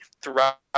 throughout